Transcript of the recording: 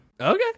Okay